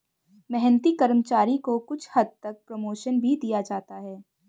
मेहनती कर्मचारी को कुछ हद तक प्रमोशन भी दिया जाता है